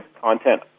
content